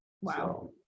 wow